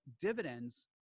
dividends